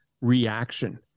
reaction